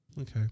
Okay